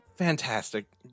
Fantastic